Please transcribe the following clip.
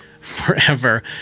forever